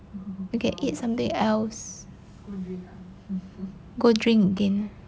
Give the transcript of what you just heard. we can eat something else go drink again